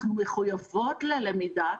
אנחנו מחויבות ללמידה,